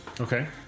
Okay